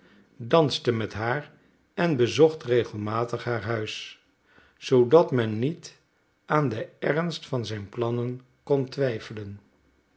danste met haar en bezocht regelmatig haar huis zoodat men niet aan den ernst van zijn plannen kon twijfelen